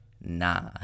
nah